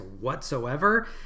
whatsoever